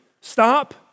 stop